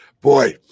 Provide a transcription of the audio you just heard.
boy